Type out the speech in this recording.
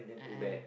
a'ah